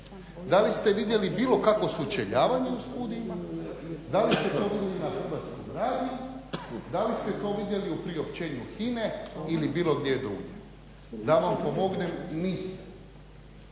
da li ste to vidjeli na hrvatskom radiju, da li ste to vidjeli u priopćenju HINE ili bilo gdje drugdje. Da vam pomogne niste.